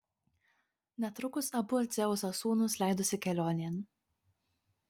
netrukus abu dzeuso sūnūs leidosi kelionėn